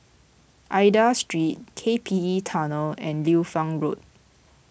Aida Street K P E Tunnel and Liu Fang Road